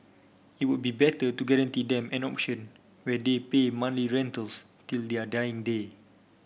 it would be better to guarantee them an option where they pay monthly rentals till their dying day